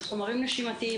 זה חומרים נשימתיים.